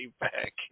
back